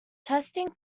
testing